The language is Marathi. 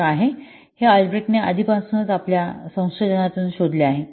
65 आहे हे अल्ब्रेच्टने आधीपासूनच आपल्या संशोधनातून शोधले आहे